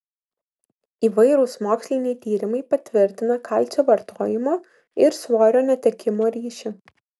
įvairūs moksliniai tyrimai patvirtina kalcio vartojimo ir svorio netekimo ryšį